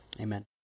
amen